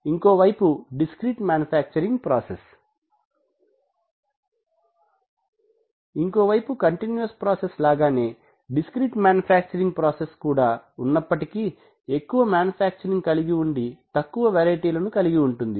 ఇంకోవైపు discrete manufacturing process ఇంకో వైపు కంటిన్యూస్ ప్రాసెస్ లాగానే డిస్క్రీట్ మ్యానుఫ్యాక్చరింగ్ కూడా ఉన్నప్పటికీ ఎక్కువ మ్యానుఫ్యాక్చరింగ్ కలిగి ఉండి తక్కువ వెరైటీలను కలిగి ఉంటుంది